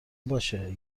باشه